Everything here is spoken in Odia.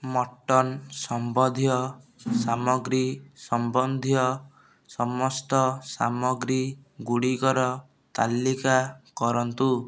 ମଟନ୍ ସମ୍ବଧୀୟ ସାମଗ୍ରୀ ସମ୍ବନ୍ଧୀୟ ସମସ୍ତ ସାମଗ୍ରୀ ଗୁଡ଼ିକର ତାଲିକା କରନ୍ତୁ